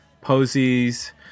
posies